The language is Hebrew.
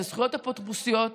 זכויות אפוטרופוסיות.